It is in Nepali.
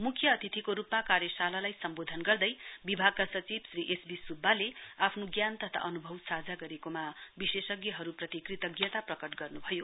मुख्य अतिथिको रूपमा कार्यशालालाई सम्बोधन गर्दै विभागका सचिव श्री एस वी सुब्बाले आफ्नो ज्ञान तथा अनुभव साझा गरेकोमा विशेषज्ञहरूप्रति कृतज्ञता प्रकट गर्नु भयो